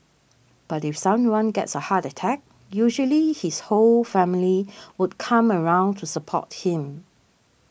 but if someone gets a heart attack usually his whole family would come around to support him